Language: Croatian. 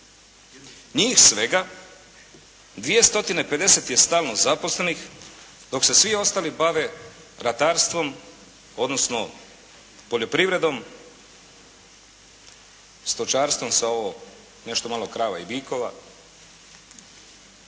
njih svega 2 stotine 50 je stalno zaposlenih, dok se svi ostali bave ratarstvom, odnosno poljoprivredom, stočarstvom sa ovo nešto malo krava i bikova